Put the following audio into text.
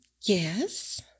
yes